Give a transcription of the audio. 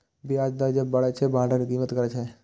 ब्याज दर जब बढ़ै छै, बांडक कीमत गिरै छै